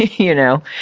you know,